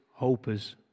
hopers